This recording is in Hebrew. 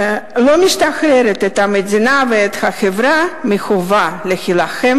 לא משחררת את המדינה והחברה מהחובה להילחם